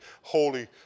holy